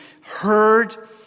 heard